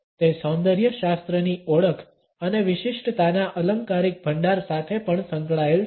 તે સૌંદર્ય શાસ્ત્રની ઓળખ અને વિશિષ્ટતાના અલંકારિક ભંડાર સાથે પણ સંકળાયેલ છે